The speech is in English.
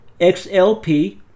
XLP